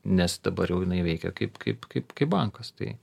nes dabar jau jinai veikia kaip kaip kaip kaip bankas tai